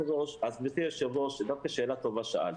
גברתי היושבת-ראש, דווקא שאלה טובה שאלת.